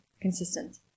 consistent